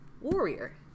Warrior